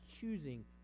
choosing